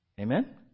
Amen